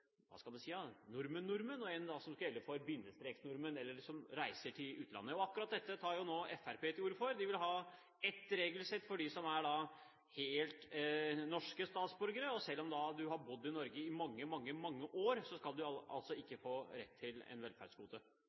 hva skal en si – nordmenn-nordmenn, og en som skal gjelde for bindestreksnordmenn, eller for dem som reiser til utlandet. Akkurat dette tar nå Fremskrittspartiet til orde for. De vil ha ett regelsett for statsborgere som er helt norske, og selv om en har bodd i Norge i mange, mange år, skal en altså ikke få rett til et velferdsgode. Vi kan gjerne ha en